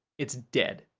it's dead,